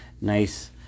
nice